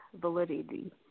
validity